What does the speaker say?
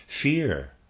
Fear